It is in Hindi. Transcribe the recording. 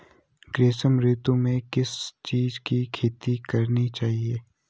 ग्रीष्म ऋतु में किस चीज़ की खेती करनी चाहिये?